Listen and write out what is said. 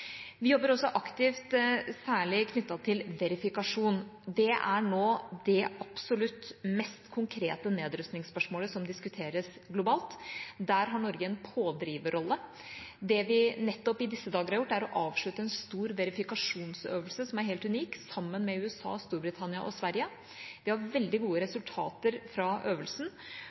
Vi jobber også aktivt særlig når det gjelder verifikasjon. Det er nå det absolutt mest konkrete nedrustningsspørsmålet som diskuteres globalt. Der har Norge en pådriverrolle. Det vi nettopp i disse dager har gjort, er å avslutte en stor verifikasjonsøvelse, som er helt unik, sammen med USA, Storbritannia og Sverige. Vi har veldig gode resultater fra øvelsen.